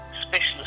specialist